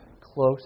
close